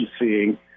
seeing